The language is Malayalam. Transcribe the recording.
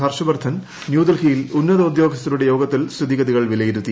ഹർഷവർദ്ധൻ ന്യൂഡൽഹിയിൽ ഉന്നതോദ്യോഗസ്ഥരുടെ യോഗത്തിൽ സ്ഥിതിഗതികൾ വിലയിരുത്തി